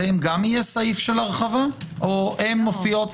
עליהן גם יהיה סעיף של הרחבה או שהן מופיעות?